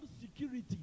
security